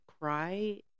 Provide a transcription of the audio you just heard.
cry